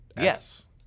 Yes